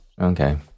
okay